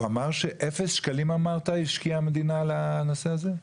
הוא אמר שאפס שקלים השקיעה המדינה לנושא הזה?